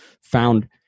found